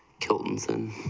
killings and